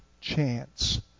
chance